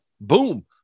Boom